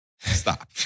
Stop